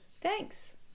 thanks